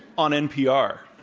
on npr.